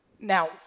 Now